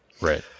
Right